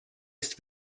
ist